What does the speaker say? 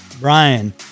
Brian